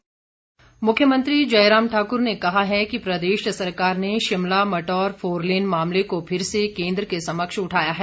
point of order मुख्यमंत्री जयराम ठाकुर ने कहा है कि प्रदेश सरकार ने शिमला मटौर फोरलेन मामले को फिर से केंद्र के समक्ष उठाया है